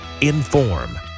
Inform